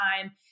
time